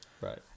Right